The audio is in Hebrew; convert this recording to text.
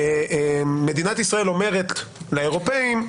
מדינת ישראל אומרת לאירופאים,